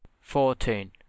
fourteen